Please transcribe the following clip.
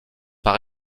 par